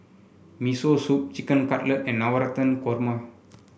Miso Soup Chicken Cutlet and Navratan Korma